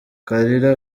kalira